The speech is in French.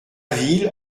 ville